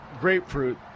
grapefruit